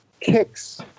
kicks